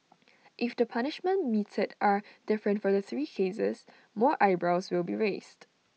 if the punishments meted are different for the three cases more eyebrows will be raised